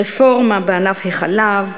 רפורמה בענף החלב,